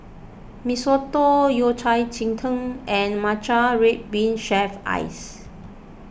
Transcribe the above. Mee Soto Yao Cai Ji Tang and Matcha Red Bean Shaved Ice